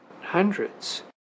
hundreds